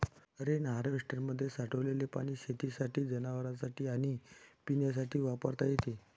rain हार्वेस्टरमध्ये साठलेले पाणी शेतीसाठी, जनावरांनासाठी आणि पिण्यासाठी वापरता येते